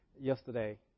yesterday